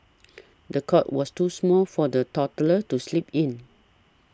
the cot was too small for the toddler to sleep in